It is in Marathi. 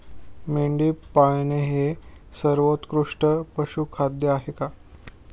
मेंढी पाळणे हे सर्वोत्कृष्ट पशुखाद्य आहे का?